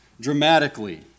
dramatically